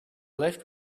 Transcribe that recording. left